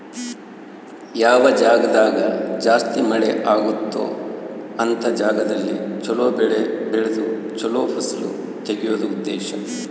ಯಾವ ಜಾಗ್ದಾಗ ಜಾಸ್ತಿ ಮಳೆ ಅಗುತ್ತೊ ಅಂತ ಜಾಗದಲ್ಲಿ ಚೊಲೊ ಬೆಳೆ ಬೆಳ್ದು ಚೊಲೊ ಫಸಲು ತೆಗಿಯೋದು ಉದ್ದೇಶ